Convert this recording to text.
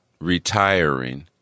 retiring